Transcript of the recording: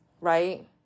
right